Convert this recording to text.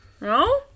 no